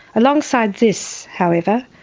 alongside this, however,